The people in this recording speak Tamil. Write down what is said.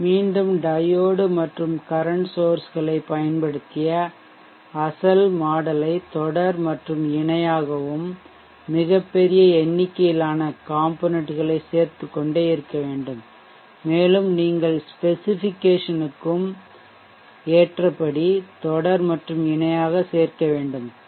மீண்டும் டையோடு மற்றும் கரன்ட் சோர்ஷ் களைப் பயன்படுத்திய அசல் மாடல் ஐ தொடர் மற்றும் இணையாகவும் மிகப் பெரிய எண்ணிக்கையிலான காம்பொனென்ட் களை சேர்த்துக் கொண்டே இருக்க வேண்டும் மேலும் நீங்கள் ஸ்பெசிஃபிகேசனுக்கும் விவரக்குறிப்பிற்கும் ஏற்றபடி தொடர் மற்றும் இணையாக சேர்க்க வேண்டும் பி